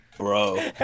Bro